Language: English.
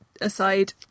Aside